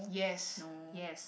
yes yes